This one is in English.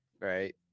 right